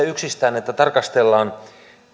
yksistään se että tarkastellaan